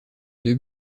deux